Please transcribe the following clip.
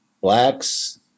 Blacks